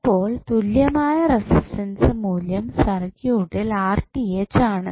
അപ്പോൾ തുല്യമായ റസിസ്റ്റൻസ് മൂല്യം സർക്യൂട്ടിൽ ആണ്